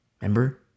Remember